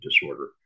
disorder